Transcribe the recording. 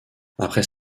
après